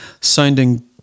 sounding